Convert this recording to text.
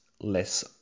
less